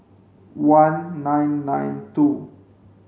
one nine nine two